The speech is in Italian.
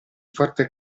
forte